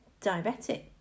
diabetic